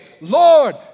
Lord